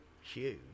huge